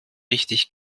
richtig